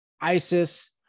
ISIS